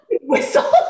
Whistle